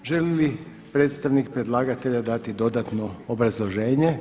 Želi li predstavnik predlagatelja dati dodatno obrazloženje?